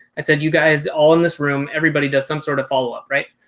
i said, you guys all in this room, everybody does some sort of follow up, right?